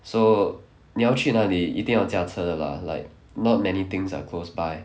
so 你要去哪里一定要驾车的 lah like not many things are close by